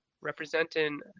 Representing